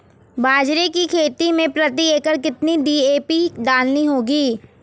बाजरे की खेती में प्रति एकड़ कितनी डी.ए.पी डालनी होगी?